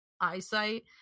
eyesight